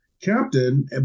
captain